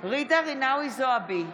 ג'ידא רינאוי זועבי,